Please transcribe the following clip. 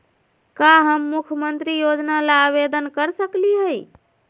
का हम मुख्यमंत्री योजना ला आवेदन कर सकली हई?